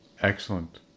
Excellent